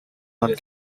not